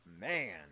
Man